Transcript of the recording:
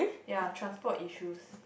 ya transport issues